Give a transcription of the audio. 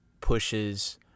pushes